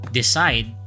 decide